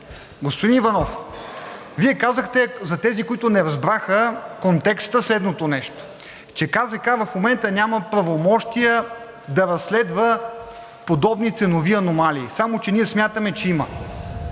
Господин Иванов, Вие казахте за тези, които не разбраха контекста, следното нещо: че КЗК в момента няма правомощия да разследва подобни ценови аномалии. Само че ние смятаме, че има.